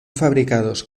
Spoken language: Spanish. fabricados